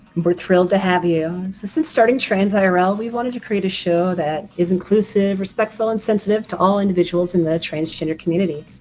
we're thrilled to have you. since starting trans ah irl, we wanted to create a show that is inclusive, respectful and sensitive to all individuals in the transgender community.